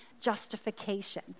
justification